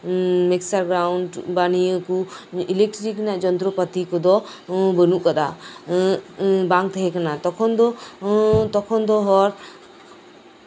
mixture ground ᱵᱟ ᱱᱤᱭᱟᱹ ᱠᱚ ᱤᱞᱮᱠᱴᱤᱨᱤᱠ ᱨᱮᱱᱟᱜ ᱡᱚᱱᱛᱚᱨᱚᱯᱟᱛᱤ ᱠᱚᱫᱚ ᱵᱟᱹᱱᱩᱜ ᱟᱠᱟᱫᱟ ᱵᱟᱝ ᱛᱟᱦᱮᱸ ᱠᱟᱱᱟ ᱛᱚᱠᱷᱚᱱ ᱫᱚ ᱛᱚᱠᱷᱚᱱ ᱫᱚ ᱦᱚᱲ